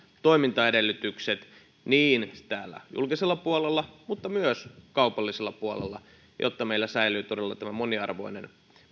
toimintaedellytykset niin täällä julkisella puolella kuin myös kaupallisella puolella jotta meillä säilyy todella tämä moniarvoinen